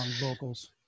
vocals